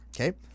Okay